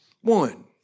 One